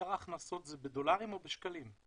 עיקר ההכנסות זה בדולרים או בשקלים?